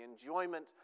enjoyment